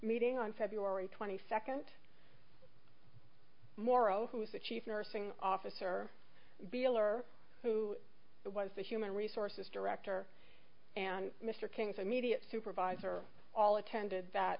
meeting on february twenty second morrow who is the chief nursing officer beeler who was the human resources director and mr king's immediate supervisor all attended that